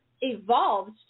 evolved